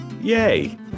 Yay